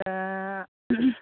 दा